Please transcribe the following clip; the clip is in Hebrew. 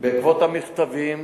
בעקבות המכתבים